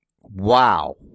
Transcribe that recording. Wow